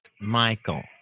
Michael